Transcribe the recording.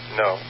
no